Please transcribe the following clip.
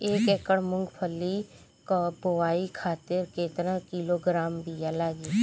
एक एकड़ मूंगफली क बोआई खातिर केतना किलोग्राम बीया लागी?